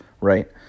right